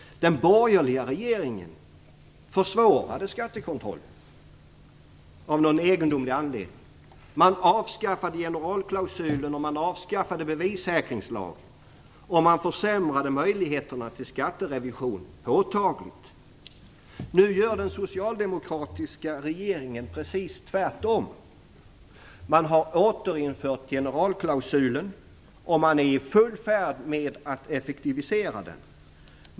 Den borgerliga regeringen försvårade av någon egendomlig anledning skattekontrollen. Den avskaffade generalklausulen och bevissäkringslagen, och den försämrade påtagligt möjligheterna till skatterevision. Nu gör den socialdemokratiska regeringen precis tvärtom. Den har återinfört generalklausulen, och man är i full färd med att effektivisera den.